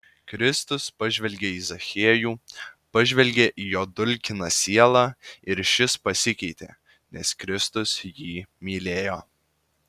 kristus pažvelgė į zachiejų pažvelgė į jo dulkiną sielą ir šis pasikeitė nes kristus jį mylėjo